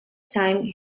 time